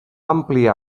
ampliar